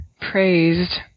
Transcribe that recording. praised